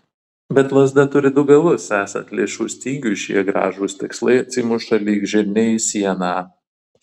bet lazda turi du galus esant lėšų stygiui šie gražūs tikslai atsimuša lyg žirniai į sieną